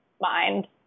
mind